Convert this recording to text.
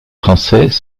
français